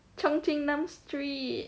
cheong chin nam street